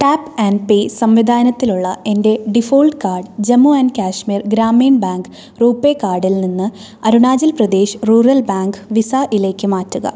tap and pay സംവിധാനത്തിലുള്ള എൻ്റെ default card Jammu and Kashmir Gramin bank RuPay കാർഡിൽ നിന്ന് അരുണാചൽ പ്രദേശ് റൂറൽ ബാങ്ക് വിസായിലേക്ക് മാറ്റുക